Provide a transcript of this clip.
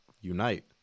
unite